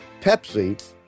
Pepsi